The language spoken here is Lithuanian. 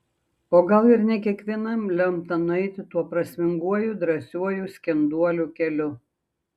o gal ir ne kiekvienam lemta nueiti tuo prasminguoju drąsiuoju skenduolių keliu